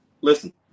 listen